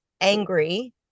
angry